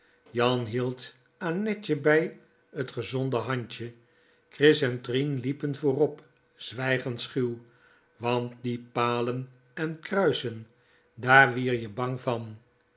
jan hield annetje bij t gezond handje chris en trien liepen vrop zwijgend schuw want die palen en kruisen daar wier je bang van